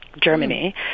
Germany